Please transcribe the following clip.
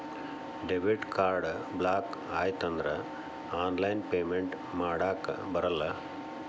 debit card block ಆಯ್ತಂದ್ರ online payment ಮಾಡಾಕಬರಲ್ಲ